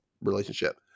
relationship